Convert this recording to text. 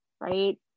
right